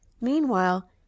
Meanwhile